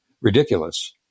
ridiculous